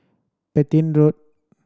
Petain Road